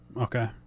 okay